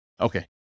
Okay